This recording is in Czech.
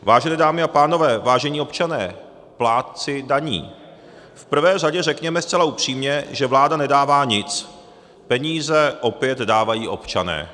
Vážené dámy a pánové, vážení občané, plátci daní, v prvé řadě řekněme zcela upřímně, že vláda nedává nic, peníze opět dávají občané.